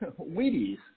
Wheaties